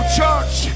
church